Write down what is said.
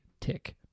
tick